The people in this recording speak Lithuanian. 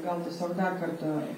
gal tiesiog dar kartą